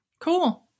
Cool